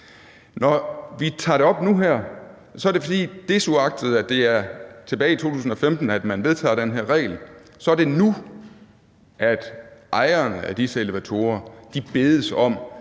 Når vi tager det op nu, er det, fordi det, desuagtet at det var tilbage i 2015, man vedtog den her regel, er nu, at ejerne af disse elevatorer bedes om